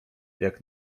jak